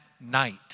night